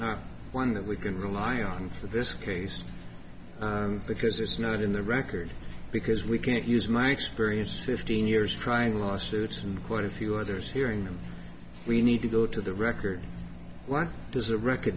one that we can rely on for this case because it's not in the record because we cannot use my experience fifteen years trying lawsuits and quite a few others hearing that we need to go to the record what does the record